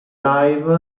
live